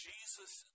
Jesus